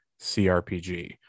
CRPG